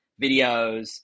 videos